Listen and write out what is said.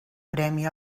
premi